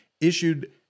issued –